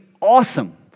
awesome